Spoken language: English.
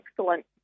excellent